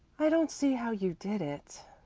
i don't see how you did it,